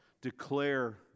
Declare